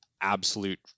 absolute